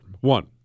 One